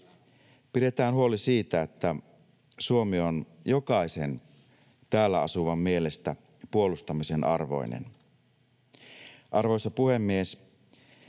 Pidetään huoli siitä, että Suomi on jokaisen täällä asuvan mielestä puolustamisen arvoinen. Arvoisa puhemies!